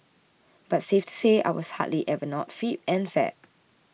but safe to say I was hardly ever not fit and fab